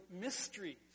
mysteries